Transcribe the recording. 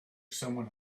someone